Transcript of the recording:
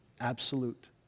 Absolute